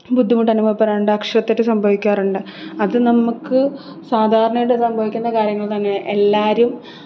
ബുദ്ധിമുട്ട് അനുഭവപ്പെടാറുണ്ട് അക്ഷരത്തെറ്റ് സംഭവിക്കാറൊണ്ട് അത് നമ്മക്ക് സാധാരണയായിട്ട് സംഭവിക്കുന്ന കാര്യങ്ങൾ തന്നെയാ എല്ലാവരും